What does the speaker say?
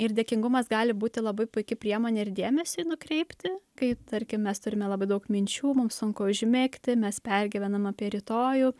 ir dėkingumas gali būti labai puiki priemonė ir dėmesiui nukreipti kai tarkim mes turime labai daug minčių mums sunku užmigti mes pergyvenam apie rytojų